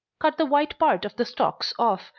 cut the white part of the stalks off,